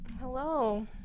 Hello